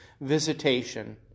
visitation